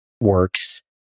works